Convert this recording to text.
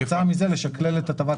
לא,